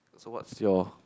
so what's your